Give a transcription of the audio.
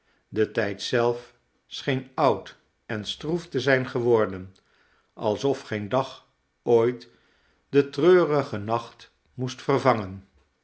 de tijd zelf scheen oud en stroef te zijn geworden alsof geen dag ooit den treurigen nacht moest vervangen